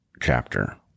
chapter